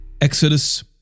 Exodus